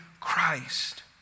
Christ